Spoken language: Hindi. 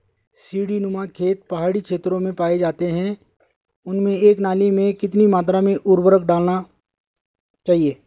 सीड़ी नुमा खेत पहाड़ी क्षेत्रों में पाए जाते हैं उनमें एक नाली में कितनी मात्रा में उर्वरक डालना चाहिए?